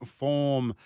form